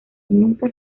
nunca